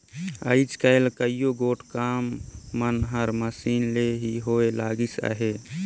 आएज काएल कइयो गोट काम मन हर मसीन ले ही होए लगिस अहे